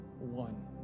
one